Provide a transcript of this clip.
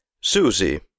Susie